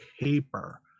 paper